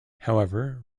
however